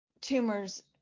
tumors